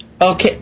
Okay